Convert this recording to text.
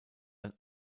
ein